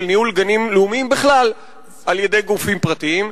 ניהול גנים לאומיים בכלל על-ידי גופים פרטיים.